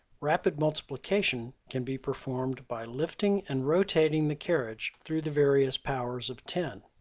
rapid multiplication can be performed by lifting and rotating the carriage through the various powers of ten.